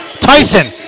Tyson